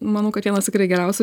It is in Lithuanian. manau kad vienas geriausių